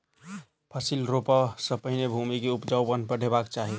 फसिल रोपअ सॅ पहिने भूमि के उपजाऊपन बढ़ेबाक चाही